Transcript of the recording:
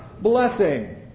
blessing